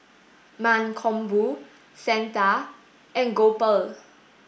Mankombu Santha and Gopal